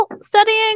studying